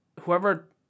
whoever